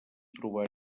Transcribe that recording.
trobar